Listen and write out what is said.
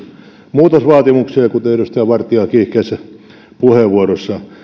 muutosvaatimuksia kuten edustaja vartian kiihkeässä puheenvuorossa